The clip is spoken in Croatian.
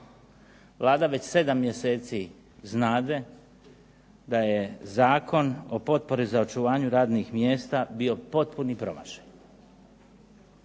Vlada već sedam mjeseci znade da je Zakon o potpori za očuvanju radnih mjesta bio potpuni promašaj.